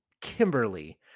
Kimberly